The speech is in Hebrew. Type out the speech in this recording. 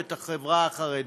סוריאליסטי,